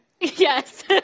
Yes